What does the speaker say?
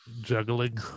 Juggling